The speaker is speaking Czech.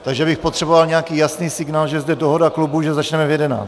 Takže bych potřeboval nějaký jasný signál, že je zde dohoda klubů, že začneme v jedenáct.